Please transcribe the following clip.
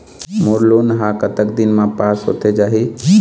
मोर loan हा कतक दिन मा पास होथे जाही?